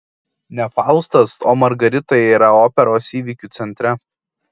ne faustas o margarita yra operos įvykių centre